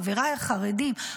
חבריי החרדים,